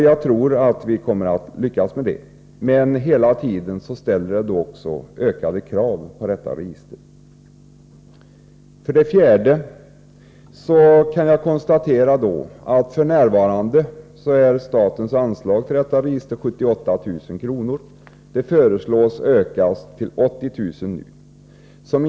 Jag tror att vi kommer att lyckas med detta, men hela tiden ställs det ökade krav på registret. 4. F.n. är statens anslag till detta register 78 000 kr. Det föreslås nu ökas till 80 000 kr.